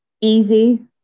easy